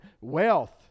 Wealth